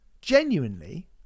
genuinely